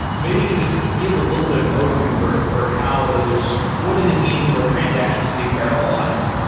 maybe you could just give a little bit of an overview for for how those what does it mean for transactions to be parallelized?